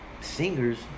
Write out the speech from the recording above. singers